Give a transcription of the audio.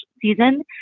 season